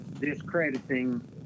discrediting